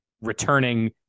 returning